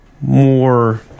more